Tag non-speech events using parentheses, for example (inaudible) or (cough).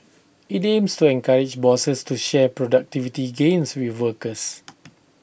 (noise) IT aims to encourage bosses to share productivity gains with workers (noise)